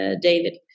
David